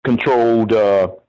controlled